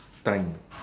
time